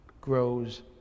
grows